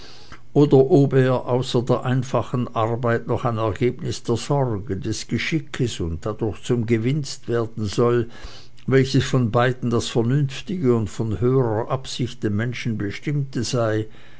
oder ob er außer der einfachen arbeit noch ein ergebnis der sorge des geschickes und dadurch zum gewinst werden soll welches von beiden das vernünftige und von höherer absicht dem menschen bestimmte sei